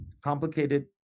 complicated